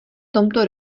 tomto